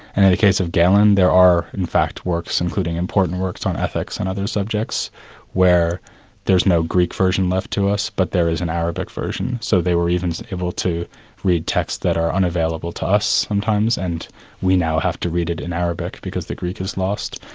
and case of galen, there are in fact works, including important works on ethics and other subjects where there's no greek version left to us, but there is an arabic version, so they were even able to read texts that are unavailable to us sometimes, and we now have to read it in arabic because the greek is lost.